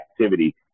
activity